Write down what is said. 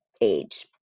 age